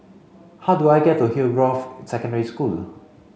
how do I get to Hillgrove Secondary School